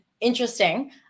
Interesting